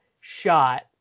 shot